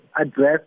address